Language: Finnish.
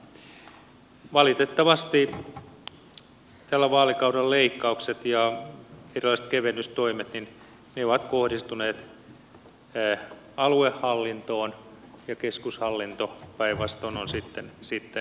valitettavasti tällä vaalikaudella leikkaukset ja erilaiset kevennystoimet ovat kohdistuneet aluehallintoon ja keskushallinto päinvastoin on sitten paisunut